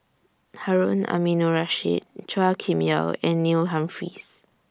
Harun Aminurrashid Chua Kim Yeow and Neil Humphreys